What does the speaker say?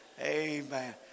Amen